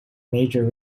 major